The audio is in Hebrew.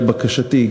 לבקשתי,